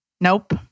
Nope